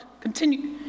continue